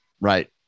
right